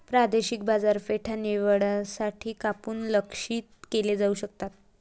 प्रादेशिक बाजारपेठा निवडण्यासाठी कूपन लक्ष्यित केले जाऊ शकतात